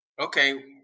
okay